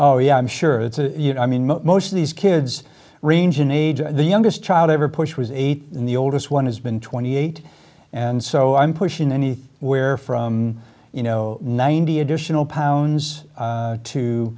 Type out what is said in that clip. oh yeah i'm sure it's you know i mean most of these kids range in age the youngest child ever push was eight the oldest one has been twenty eight and so i'm pushing any where from you know ninety additional pounds